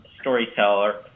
storyteller